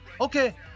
Okay